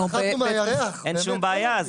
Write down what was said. אין בעיה.